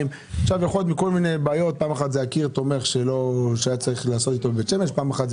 ונתקל בכל מיני בעיות כמו קיר תומך או קברים שמצאו.